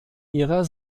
ihrer